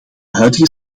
huidige